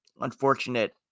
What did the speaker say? Unfortunate